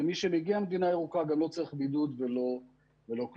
ומי שמגיע למדינה ירוקה גם לא צריך בידוד ולא כלום.